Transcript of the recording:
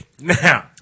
Now